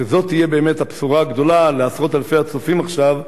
שזאת באמת תהיה הבשורה הגדולה לעשרות אלפי הצופים עכשיו,